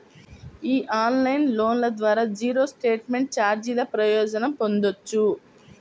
ఈ ఆన్లైన్ లోన్ల ద్వారా జీరో స్టేట్మెంట్ ఛార్జీల ప్రయోజనం పొందొచ్చు